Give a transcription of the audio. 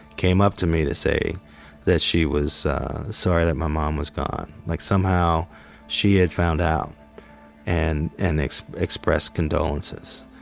came up to me to say that she was sorry that my mom was gone. like, somehow she had found out and and expressed condolences.